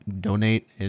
donate